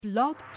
Blog